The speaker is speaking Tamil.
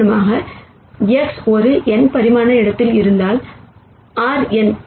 உதாரணமாக X ஒரு n பரிமாண இடத்தில் இருந்தால் Rn